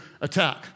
attack